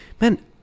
man